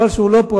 חבל שהוא לא פה.